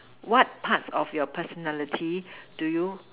what parts of your personality do you